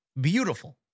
beautiful